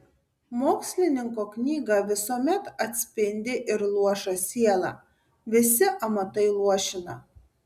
mokslininko knyga visuomet atspindi ir luošą sielą visi amatai luošina